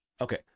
Okay